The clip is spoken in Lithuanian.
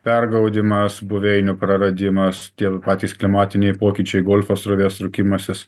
pergaudymas buveinių praradimas tie patys klimatiniai pokyčiai golfo srovės traukimasis